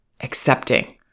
accepting